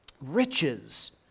Riches